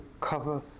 cover